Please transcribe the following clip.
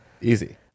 Easy